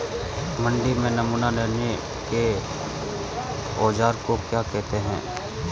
मंडी में नमूना लेने के औज़ार को क्या कहते हैं?